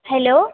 hello